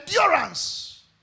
endurance